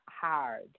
hard